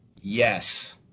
yes